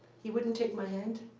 he wouldn't take my hand.